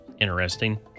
Interesting